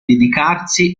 dedicarsi